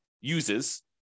uses